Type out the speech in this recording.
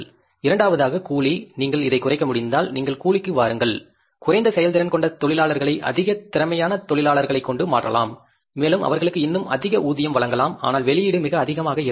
இரண்டாவதாக கூலி நீங்கள் இதை குறைக்க முடிந்தால் நீங்கள் கூலிக்கு வாருங்கள் குறைந்த செயல்திறன் கொண்ட தொழிலாளர்களை அதிக திறமையான தொழிலாளர்களை கொண்டு மாற்றலாம் மேலும் அவர்களுக்கு இன்னும் அதிக ஊதியம் வழங்கலாம் ஆனால் வெளியீடு மிக அதிகமாக இருக்க வேண்டும்